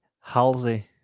Halsey